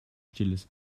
stilles